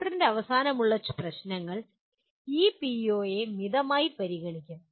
ചാപ്റ്ററിന്റെ അവസാനമുള്ള പ്രശ്നങ്ങൾ ഈ പിഒയെ മിതമായി പരിഗണിക്കും